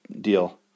deal